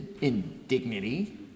indignity